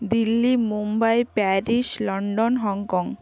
Delhi Mumbai Paris London Hong Kong